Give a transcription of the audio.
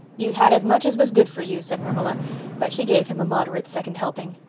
you've had as much as was good for you, said marilla but she gave him a moderate second helping.